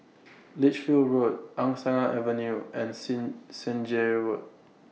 Lichfield Road Angsana Avenue and Sing Senja Road